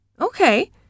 Okay